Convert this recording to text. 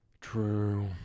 True